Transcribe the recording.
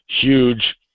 huge